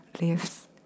leaves